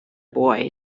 boy